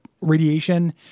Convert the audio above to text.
radiation